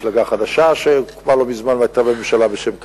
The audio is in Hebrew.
מפלגה חדשה שהוקמה לא מזמן והיתה בממשלה בשם קדימה,